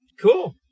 cool